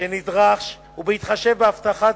שנדרש ובהתחשב בהבטחת